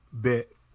bit